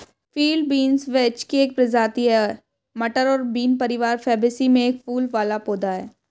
field beans vetch की एक प्रजाति है, मटर और बीन परिवार फैबेसी में एक फूल वाला पौधा है